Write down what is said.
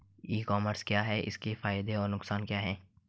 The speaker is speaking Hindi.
ई कॉमर्स क्या है इसके फायदे और नुकसान क्या है?